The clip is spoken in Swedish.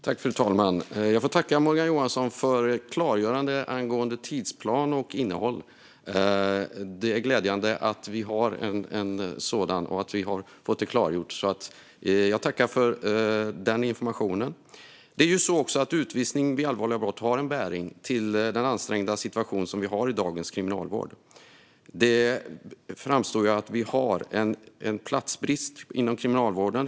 Fru talman! Jag får tacka Morgan Johansson för klargörande angående tidsplan och innehåll. Det är glädjande att vi har en sådan. Jag tackar därför för denna information. Utvisning vid allvarliga brott har också bäring på den ansträngda situation som vi har i dagens kriminalvård. Det framgår att vi har en platsbrist inom kriminalvården.